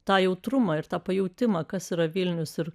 tą jautrumą ir tą pajautimą kas yra vilnius ir